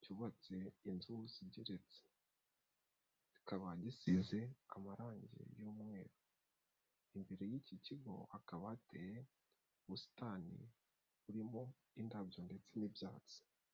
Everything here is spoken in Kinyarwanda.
cyubatse inzu zigeretse, kikaba gisize amarangi y'umweru. Imbere y'iki kigo hakaba hateye ubusitani burimo indabyo ndetse n'ibyatsi.